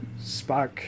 Spock